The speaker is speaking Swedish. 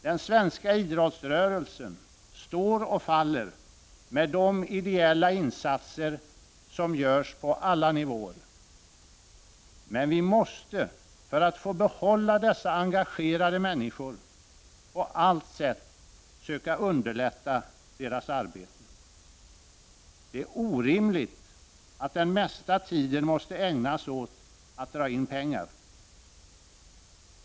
Den svenska idrottsrörelsen står och faller med de ideella insatser som görs på alla nivåer. Men vi måste — för att få behålla dessa engagerade människor — på allt sätt söka underlätta deras arbete. Det är orimligt att den mesta tiden måste ägnas åt att dra in pengar.